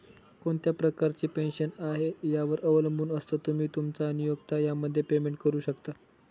कोणत्या प्रकारची पेन्शन आहे, यावर अवलंबून असतं, तुम्ही, तुमचा नियोक्ता यामध्ये पेमेंट करू शकता